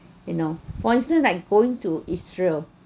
you know for instance like going to israel